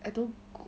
I don't